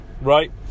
right